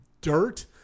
dirt